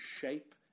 shape